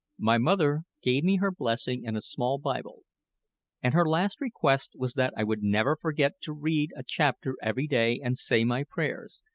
my mother gave me her blessing and a small bible and her last request was that i would never forget to read a chapter every day and say my prayers,